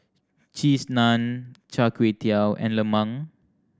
Cheese Naan Char Kway Teow and lemang